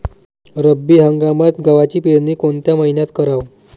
रब्बी हंगामात गव्हाची पेरनी कोनत्या मईन्यात कराव?